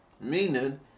Meaning